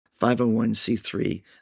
501C3